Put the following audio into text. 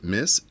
Miss